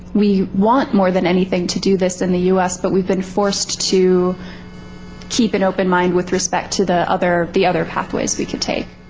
we want more than anything to do this in the u s, but we've been forced to keep an open mind with respect to the other the other pathways we could take.